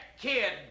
kid